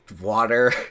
water